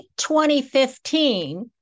2015